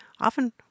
often